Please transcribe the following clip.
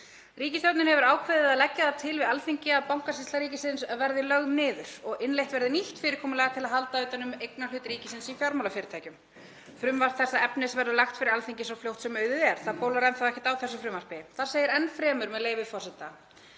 „Ríkisstjórnin hefur því ákveðið að leggja það til við Alþingi að Bankasýsla ríkisins verði lögð niður og innleitt verði nýtt fyrirkomulag til að halda utan um eignarhluta ríkisins í fjármálafyrirtækjum. […] Frumvarp þessa efnis verður lagt fyrir Alþingi svo fljótt sem auðið er.“ Það bólar enn þá ekkert á þessu frumvarpi. Þar segir enn fremur, með leyfi forseta: